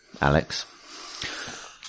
Alex